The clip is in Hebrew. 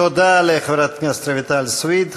תודה לחברת הכנסת רויטל סויד.